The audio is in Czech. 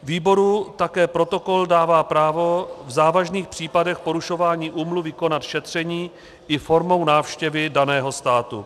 Výboru také protokol dává právo v závažných případech porušování úmluvy konat šetření i formou návštěvy daného státu.